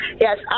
Yes